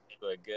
good